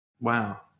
Wow